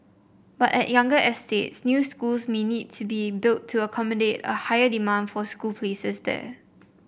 but at younger estates new schools may need to be built to accommodate a higher demand for school places there